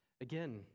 Again